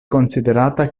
konsiderata